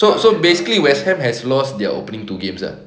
so so basically west ham has lost their opening two games ah